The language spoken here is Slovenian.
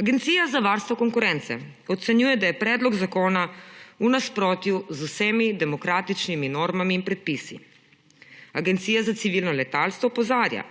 Agencija za varstvo konkurence ocenjuje, da je predlog zakona v nasprotju z vsemi demokratičnimi normami in predpisi. Agencija za civilno letalstvo opozarja,